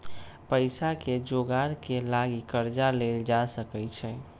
पइसाके जोगार के लागी कर्जा लेल जा सकइ छै